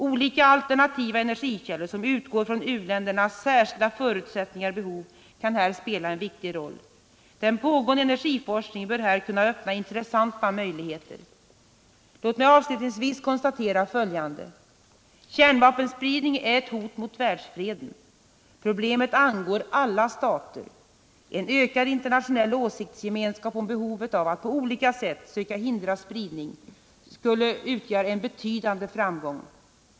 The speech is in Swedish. Olika alternativa energikällor som utgår från u-ländernas särskilda förutsättningar och behov kan här spela en viktig roll. Den pågående energiforskningen bör här kunna öppna intressanta möjligheter. Låt mig avslutningsvis konstatera följande: Kärnvapenspridning är ett hot mot världsfreden. Problemet angår alla stater. En ökad internationell åsiktsgemenskap om behovet av att på olika sätt söka hindra spridning skulle utgöra en betydande framgång.